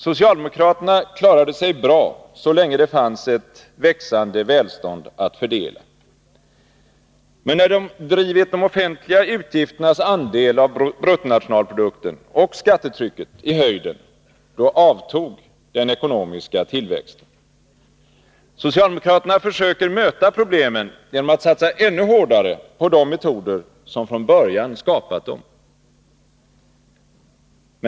Socialdemokraterna klarade sig bra, så länge det fanns ett växande välstånd att fördela. Men när de drivit de offentliga utgifternas andel av bruttonationalprodukten och skattetrycket i höjden, avtog den ekonomiska tillväxten. Socialdemokraterna försöker möta problemen genom att satsa ännu hårdare på de metoder som från början skapat dem.